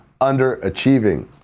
underachieving